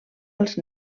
als